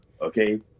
Okay